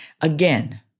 Again